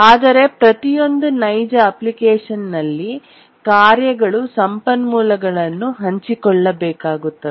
ಆದರೆ ಪ್ರತಿಯೊಂದು ನೈಜ ಅಪ್ಲಿಕೇಶನ್ನಲ್ಲಿ ಕಾರ್ಯಗಳು ಸಂಪನ್ಮೂಲಗಳನ್ನು ಹಂಚಿಕೊಳ್ಳಬೇಕಾಗುತ್ತದೆ